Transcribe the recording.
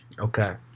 Okay